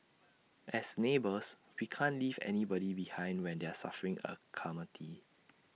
as neighbours we can't leave anybody behind when they're suffering A calamity